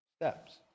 steps